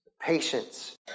patience